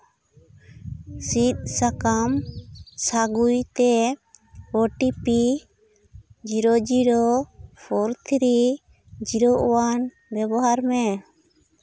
ᱥᱤᱫ ᱥᱟᱠᱟᱢ ᱥᱟᱹᱜᱩᱭᱛᱮ O T P zero zero four three zero ᱚᱣᱟᱱ ᱵᱮᱵᱚᱦᱟᱨ ᱢᱮ